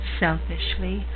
selfishly